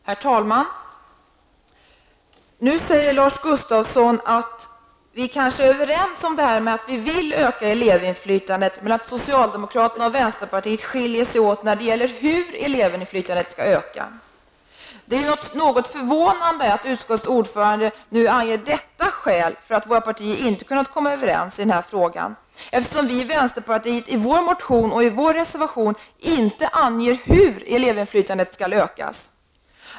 Herr talman! Nu säger Lars Gustafsson att vi kanske är överens om att vi vill öka inflytandet. Men socialdemokraterna och vänsterpartiet skiljer sig åt när det gäller hur elevinflytandet skall öka. Det är något förvånande att utskottets ordförande nu anger detta skäl för att våra partier inte kunnat komma överens i denna fråga. Vi i vänsterpartiet anger ju inte i vår motion eller reservation hur elevinflytandet skall öka.